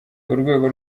urwego